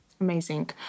Amazing